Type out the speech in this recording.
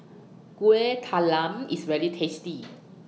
Kueh Talam IS very tasty